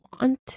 want